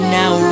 now